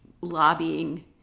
Lobbying